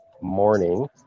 morning